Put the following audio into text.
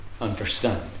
understand